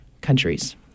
countries